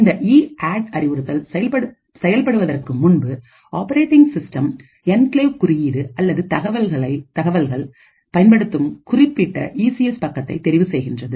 இந்த இஅட் அறிவுறுத்தல் செயல் படுவதற்கு முன்பு ஆப்பரேட்டிங் சிஸ்டம் என்கிளேவ் குறியீடு அல்லது தகவல்கள் தகவல்களை பயன்படுத்தும் குறிப்பிட்ட ஈ சி எஸ் பக்கத்தை தெரிவு செய்கின்றது